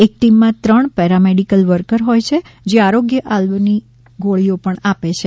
એક ટીમમાં ત્રણ પેરામેડિકલ વર્કર હોય છે જે આરોગ્ય આલ્બની ગોળીઓ પણ આપે છે